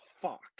Fuck